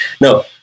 No